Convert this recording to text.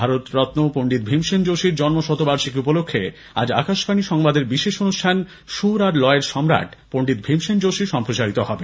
ভারতরত্ন পন্ডিত ভীমসেন যোশীর জন্মশতবার্ষিকী উপলক্ষ্যে আজ আকাশবাণী সংবাদের বিশেষ অনুষ্ঠান সুর আর লয়ের সম্রাট পন্ডিত ভীমসেন জোশী সম্প্রচারিত হবে